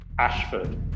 Ashford